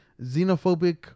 xenophobic